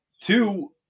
two